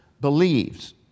believes